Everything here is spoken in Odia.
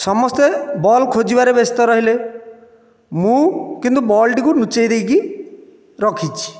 ସମସ୍ତେ ବଲ୍ ଖୋଜିବାରେ ବ୍ୟସ୍ତ ରହିଲେ ମୁଁ କିନ୍ତୁ ବଲ୍ଟିକୁ ଲୁଚାଇଦେଇକି ରଖିଛି